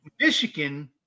Michigan